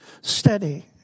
steady